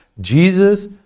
Jesus